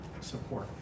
support